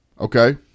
Okay